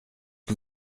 que